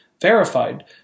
verified